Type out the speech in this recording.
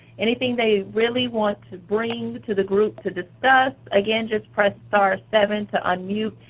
anything they really want to bring to the group to discuss? again, just press star-seven to unmute.